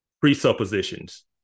presuppositions